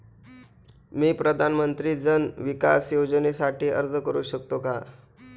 मी प्रधानमंत्री जन विकास योजनेसाठी अर्ज करू शकतो का?